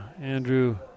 Andrew